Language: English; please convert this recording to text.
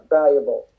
valuable